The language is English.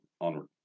onward